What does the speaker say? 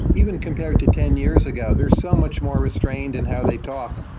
even compared to ten years ago. they're so much more restrained in how they talk,